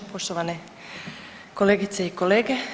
Poštovane kolegice i kolege.